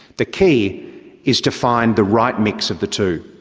the key is to find the right mix of the two.